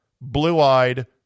blue-eyed